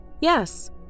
Yes